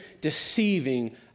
deceiving